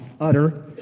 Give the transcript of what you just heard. utter